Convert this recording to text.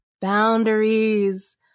Boundaries